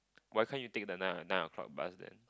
why cant you take the nine nine o-clock bus then